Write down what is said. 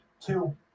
Two